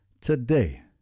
today